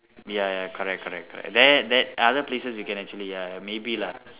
ya ya correct correct correct there there other places you can actually ya maybe lah